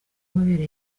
amabere